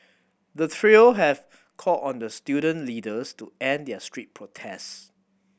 the trio have called on the student leaders to end their street protest